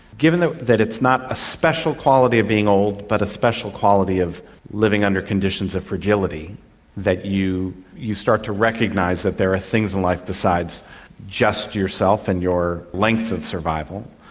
given that it's not a special quality of being old but a special quality of living under conditions of fragility that you you start to recognise that there are things in life besides just yourself and your length of survival,